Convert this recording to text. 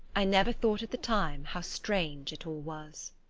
i never thought at the time how strange it all was.